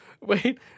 wait